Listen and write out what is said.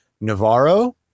Navarro